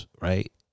right